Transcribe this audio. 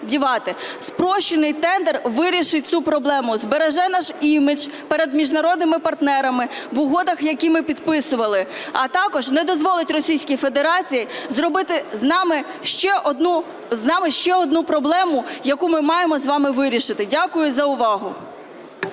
Спрощений тендер вирішить цю проблему, збереже наш імідж перед міжнародними партнерами в угодах, які ми підписували, а також не дозволить Російській Федерації зробили з нами ще одну проблему, яку ми маємо з вами вирішити. Дякую за увагу.